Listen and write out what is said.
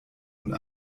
und